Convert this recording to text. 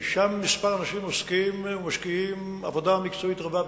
ומספר אנשים שם עוסקים ומשקיעים עבודה מקצועית רבה ביותר,